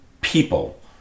people